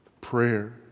prayer